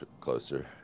closer